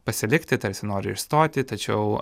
pasilikti tarsi nori išstoti tačiau